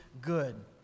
good